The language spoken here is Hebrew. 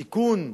תיקון,